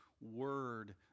word